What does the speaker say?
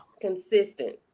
consistent